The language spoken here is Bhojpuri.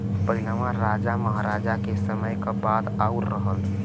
पहिलवा राजा महराजा के समय क बात आउर रहल